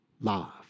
love